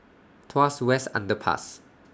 Tuas West Underpass